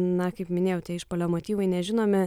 na kaip minėjau tie išpuolio motyvai nežinomi